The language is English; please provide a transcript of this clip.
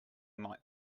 might